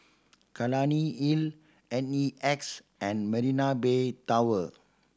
Clunny Hill N E X and Marina Bay Tower